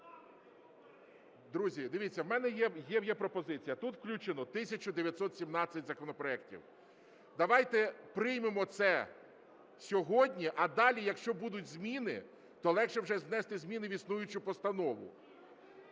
Друзі, дивіться, у мене є пропозиція. Тут включено 1 тисяча 917 законопроектів. Давайте приймемо це сьогодні. А далі, якщо будуть зміни, то легше вже внести зміни в існуючу постанову.